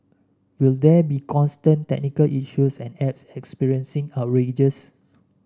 will there be constant technical issues and apps experiencing outrages